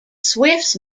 swifts